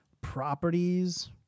Properties